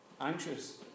anxious